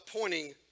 pointing